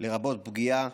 לרבות פגיעה